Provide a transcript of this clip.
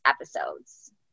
episodes